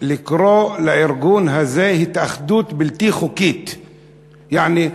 לקרוא לארגון הזה "התאחדות בלתי חוקית"; יעני,